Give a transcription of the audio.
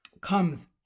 comes